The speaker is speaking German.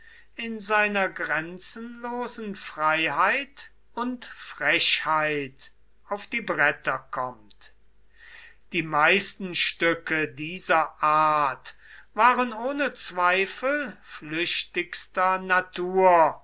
in seiner grenzenlosen freiheit und frechheit auf die bretter kommt die meisten stücke dieser art waren ohne zweifel flüchtigster natur